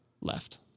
Left